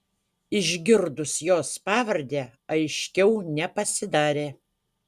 išgirdus jos pavardę aiškiau nepasidarė